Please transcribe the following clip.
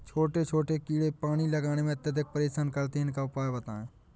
छोटे छोटे कीड़े पानी लगाने में अत्याधिक परेशान करते हैं इनका उपाय बताएं?